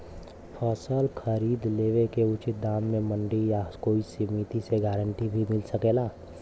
फसल खरीद लेवे क उचित दाम में मंडी या कोई समिति से गारंटी भी मिल सकेला?